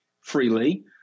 freely